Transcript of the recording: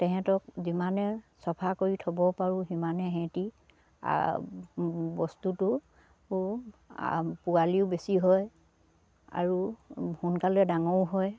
তেহেতক যিমানে চফা কৰি থ'বও পাৰোঁ সিমানে সেহঁতি বস্তুটো পোৱালিও বেছি হয় আৰু সোনকালে ডাঙৰও হয়